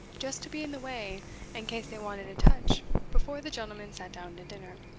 just to be in the way in case they wanted a touch before the gentlemen sat down to dinner.